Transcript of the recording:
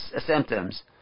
Symptoms